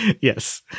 Yes